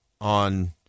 on